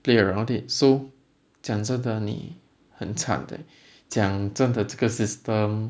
play around it so 讲真的你很惨的讲真的这个 system